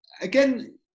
again